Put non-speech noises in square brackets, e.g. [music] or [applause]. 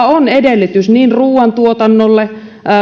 [unintelligible] on edellytys niin ruuantuotannolle